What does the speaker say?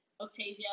Octavia